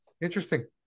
interesting